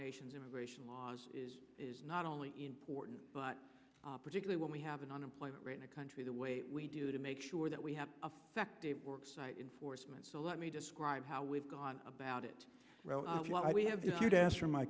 nation's immigration laws is not only important but particularly when we have an unemployment rate in a country the way we do to make sure that we have affected work site enforcement so let me describe how we've gone about it why we have you here to ask for my